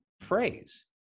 phrase